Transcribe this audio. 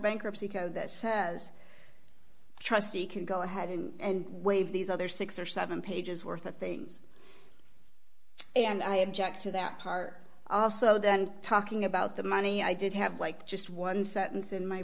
bankruptcy code that says the trustee can go ahead and waive these other six or seven pages worth of things and i object to that part also then talking about the money i did have like just one sentence in my